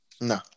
no